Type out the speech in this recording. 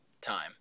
time